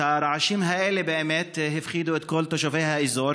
הרעשים האלה באמת הפחידו את כל תושבי האזור,